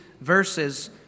verses